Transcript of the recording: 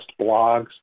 blogs